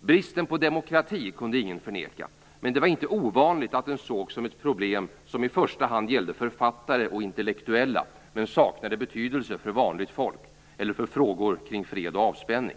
Bristen på demokrati kunde ingen förneka, men det var inte ovanligt att den sågs som ett problem som i första hand gällde författare och intellektuella, men saknade betydelse för vanligt folk eller för frågor kring fred och avspänning.